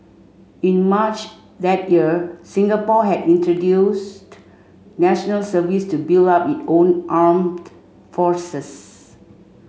in March that year Singapore had introduced National Service to build up it own armed forces